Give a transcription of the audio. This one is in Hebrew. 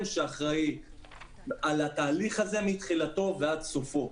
שאחראי על התהליך הזה מתחילתו ועד סופו.